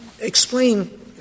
explain